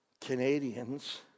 Canadians